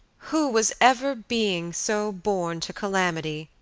who was ever being so born to calamity?